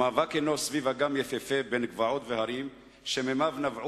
המאבק הוא סביב אגם יפהפה בין גבעות והרים שמימיו נבעו